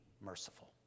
merciful